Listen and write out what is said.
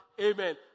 Amen